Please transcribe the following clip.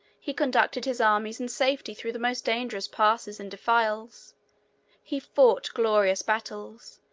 he conducted his armies in safety through the most dangerous passes and defiles he fought glorious battles,